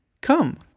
come